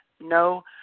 no